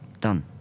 done